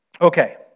Okay